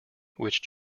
which